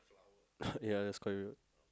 ya that's quite rude